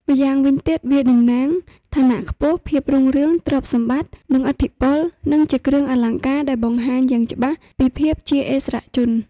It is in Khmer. ម្យ៉ាងវិញទៀតវាដំណាងយ ឋានៈខ្ពស់ ភាពរុងរឿង ទ្រព្យសម្បត្តិ និងឥទ្ធិពលនិងជាគ្រឿងអលង្ការដែលបង្ហាញយ៉ាងច្បាស់ពីភាពជាឥស្សរជន។